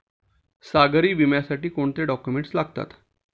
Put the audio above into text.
सागरी विम्यासाठी कोणते डॉक्युमेंट्स लागतात?